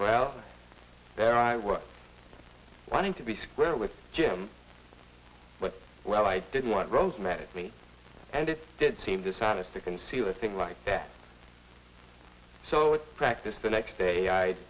well there i was wanting to be square with jim well i didn't want rosemary and it did seem dishonest to conceal a thing like that so practice the next day i